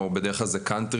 או בדרך כלל זה קאנטרי,